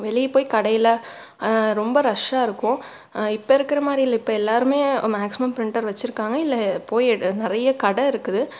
வெளியே போய் கடையில் ரொம்ப ரஷ்ஷாக இருக்கும் இப்போ இருக்கிற மாதிரி இல்லை இப்போ எல்லாேருமே மேக்சிமம் பிரிண்டர் வச்சுருக்காங்க இல்லை போய் எடு நிறையா கடை இருக்குது